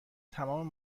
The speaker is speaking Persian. تمام